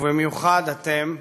ובמיוחד אתם,